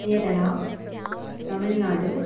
Keralam Tamil Nadu